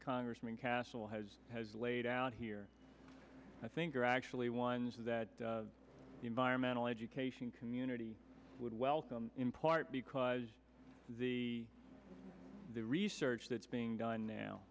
congressman castle has has laid out here i think are actually ones that the environmental education community would welcome in part because of the research that's being done now